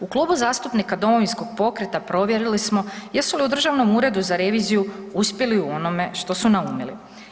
U Klubu zastupnika Domovinskog pokreta provjerili smo jesu li u Državnom uredu za reviziju uspjeli u onome što su naumili.